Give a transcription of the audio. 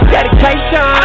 Dedication